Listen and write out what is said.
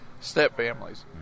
step-families